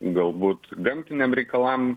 galbūt gamtiniam reikalam